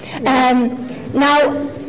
Now